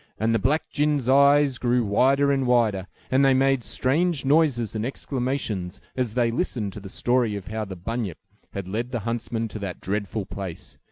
and the black gins' eyes grew wider and wider, and they made strange noises and exclamations, as they listened to the story of how the bunyip had led the huntsmen to that dreadful place.